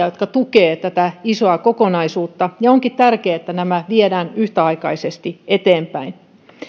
jotka tukevat tätä isoa kokonaisuutta onkin tärkeää että nämä viedään yhtäaikaisesti eteenpäin